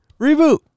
Reboot